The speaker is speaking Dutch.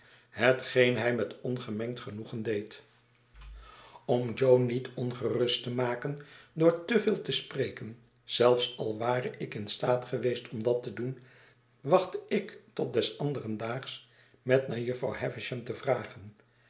hetgeen hij met ongemengd genoegen deed om jo niet ongerust te maken door te veel te spreken zelfs al ware ik in staat geweest om dat te doen wachtte ik tot des anderen daags met naar jufvrouw havisham te vragen